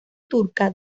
turca